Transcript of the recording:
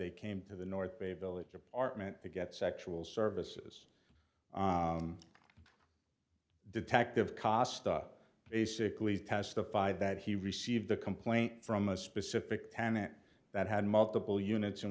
they came to the north bay village apartment to get sexual services detective cost up basically testified that he received a complaint from a specific tenant that had multiple units and